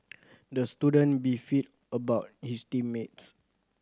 the student beefed about his team mates